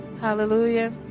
Hallelujah